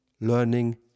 learning